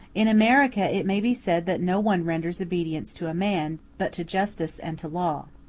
in america it may be said that no one renders obedience to man, but to justice and to law.